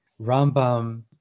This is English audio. Rambam